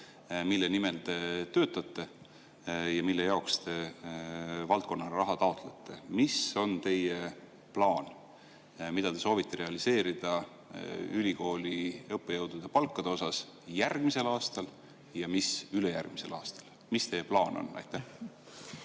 mille nimel te töötate ja mille jaoks te valdkonnale raha taotlete. Mis on teie plaan, mida te soovite realiseerida ülikooli õppejõudude palkade puhul järgmisel aastal ja ülejärgmisel aastal? Mis teie plaan on? Aitäh!